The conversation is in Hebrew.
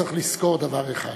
צריך לזכור דבר אחד: